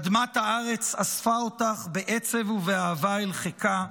אדמת הארץ אספה אותך בעצב ובאהבה אל חיקה.